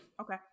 Okay